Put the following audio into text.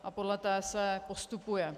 A podle té se postupuje.